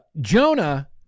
Jonah